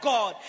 God